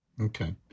Okay